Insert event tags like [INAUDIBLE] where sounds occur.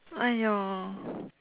!aiyo! [BREATH]